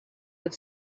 have